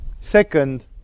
Second